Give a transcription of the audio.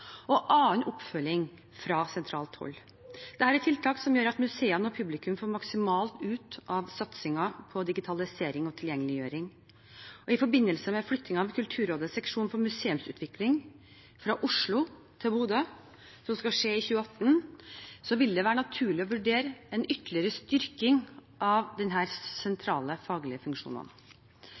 og annen oppfølging fra sentralt hold. Dette er tiltak som gjør at museene og publikum får maksimalt ut av satsingen på digitalisering og tilgjengeliggjøring. I forbindelse med flyttingen av Kulturrådets seksjon for museumsutvikling fra Oslo til Bodø, som skal skje i 2018, vil det være naturlig å vurdere en ytterligere styrking av denne sentrale faglige